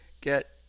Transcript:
get